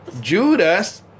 Judas